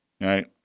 right